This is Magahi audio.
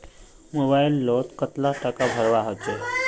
मोबाईल लोत कतला टाका भरवा होचे?